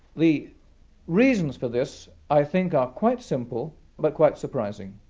the reasons for this i think are quite simple but quite surprising.